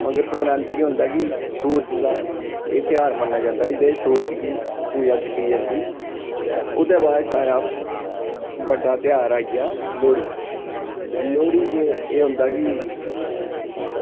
मक्कर संक्रांती गी केह् होंदा कि सूरज दा एह् तेहार मन्नेआ जंदा एह्दे च सूरज गी पूजां कीती जंदी ते ओह्दे बाद सारा बड्डा तेहार आई गेआ गेआ लोह्ड़ी लोह्ड़ी च एह् होंदा कि